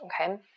Okay